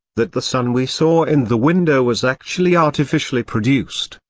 that the sun we saw in the window was actually artificially produced,